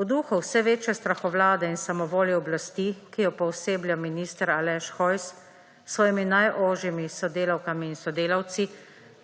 V duhu vse večje strahovlade in samovolje oblasti, ki jo pooseblja minister Aleš Hojs s svojimi najožjimi sodelavkami in sodelavci,